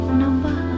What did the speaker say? number